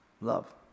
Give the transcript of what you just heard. Love